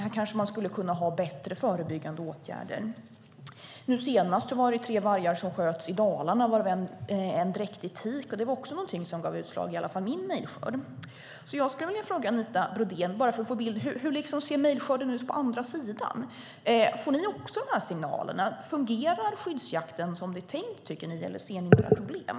Här kanske man skulle kunna ha bättre förebyggande åtgärder. Nu senast var det tre vargar som sköts i Dalarna, varav en dräktig tik. Det var också någonting som gav utslag i min mejlskörd. Bara för att få en bild skulle jag därför vilja fråga Anita Brodén hur mejlskörden ser ut på andra sidan. Får ni också de här signalerna? Tycker ni att skyddsjakten fungerar som det är tänkt, eller ser ni några problem?